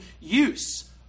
use